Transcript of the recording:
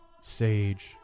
sage